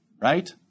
right